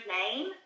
name